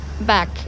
Back